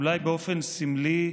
אולי באופן סמלי,